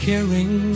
Caring